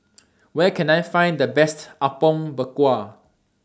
Where Can I Find The Best Apom Berkuah